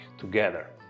together